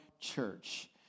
Church